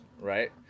right